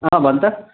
अँ भन् त